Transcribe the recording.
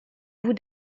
vous